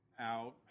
out